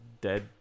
dead